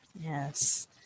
Yes